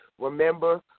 Remember